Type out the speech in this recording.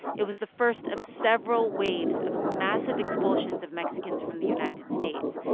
it was the first of several waves of massive expulsions of mexicans from the united states,